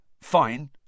Fine